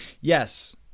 Yes